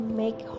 make